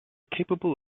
capable